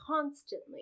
constantly